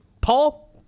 Paul